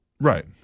Right